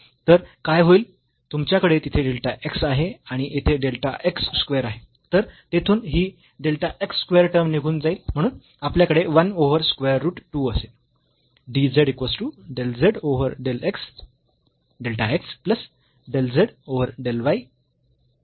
तर काय होईल तुमच्याकडे तिथे डेल्टा x आहे आणि येथे डेल्टा x स्क्वेअर आहे